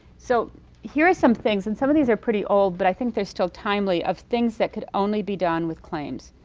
so here are some things, and some of these are pretty old, but i think they're still timely of things that could only be done with claims.